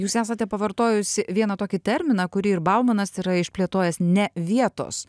jūs esate pavartojusi vieną tokį terminą kurį ir baumanas yra išplėtojęs nevietos